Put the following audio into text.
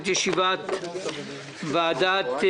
אני מתכבד לפתוח את ישיבת ועדת הכספים.